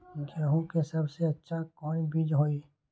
गेंहू के सबसे अच्छा कौन बीज होई?